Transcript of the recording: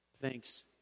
Thanks